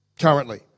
currently